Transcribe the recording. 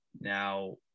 now